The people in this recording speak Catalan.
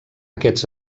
aquests